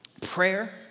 prayer